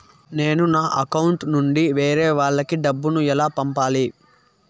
నేను నా అకౌంట్ నుండి వేరే వాళ్ళకి డబ్బును ఎలా పంపాలి?